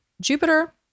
Jupiter